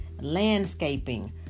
Landscaping